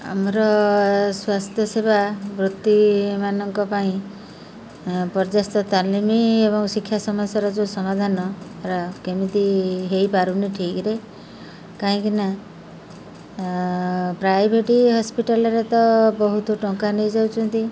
ଆମର ସ୍ୱାସ୍ଥ୍ୟ ସେବା ବୃତ୍ତିମାନଙ୍କ ପାଇଁ ପର୍ଯ୍ୟାସ୍ତ ତାଲିମି ଏବଂ ଶିକ୍ଷା ସମସ୍ୟାର ଯେଉଁ ସମାଧାନ କେମିତି ହେଇପାରୁନି ଠିକ୍ରେ କାହିଁକି ନା ପ୍ରାଇଭେଟ୍ ହସ୍ପିଟାଲ୍ରେ ତ ବହୁତ ଟଙ୍କା ନେଇଯାଉଛନ୍ତି